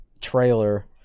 trailer